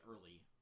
early